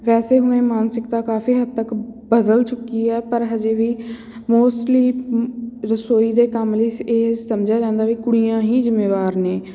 ਵੈਸੇ ਹੁਣ ਇਹ ਮਾਨਸਿਕਤਾ ਕਾਫੀ ਹੱਦ ਤੱਕ ਬਦਲ ਚੁੱਕੀ ਹੈ ਪਰ ਅਜੇ ਵੀ ਮੋਸਟਲੀ ਰਸੋਈ ਦੇ ਕੰਮ ਲਈ ਸ ਇਹ ਸਮਝਿਆ ਜਾਂਦਾ ਵੀ ਕੁੜੀਆਂ ਹੀ ਜ਼ਿੰਮੇਵਾਰ ਨੇ